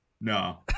No